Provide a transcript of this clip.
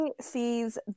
sees